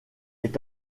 est